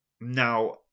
Now